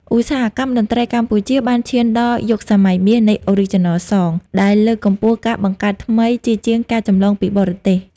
ឧស្សាហកម្មតន្ត្រីកម្ពុជាបានឈានដល់យុគសម័យមាសនៃ "Original Song" ដែលលើកកម្ពស់ការបង្កើតថ្មីជាជាងការចម្លងពីបរទេស។